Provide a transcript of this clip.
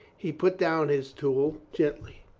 he put down his tool gen tly.